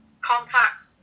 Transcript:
contact